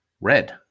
Red